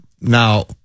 now